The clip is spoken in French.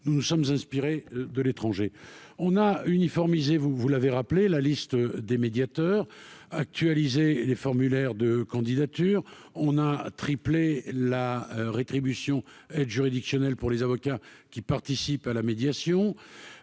nous nous sommes inspirés de l'étranger, on a uniformisé, vous, vous l'avez rappelé la liste des médiateurs actualiser les formulaires de candidature on a triplé la rétribution aide juridictionnelle pour les avocats qui participent à la médiation,